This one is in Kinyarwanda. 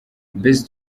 best